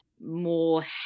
more